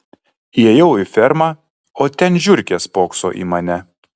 įėjau į fermą o ten žiurkė spokso į mane